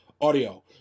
audio